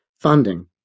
funding